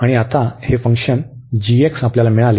आणि आता हे फंक्शन g आपल्याला मिळाले